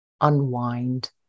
unwind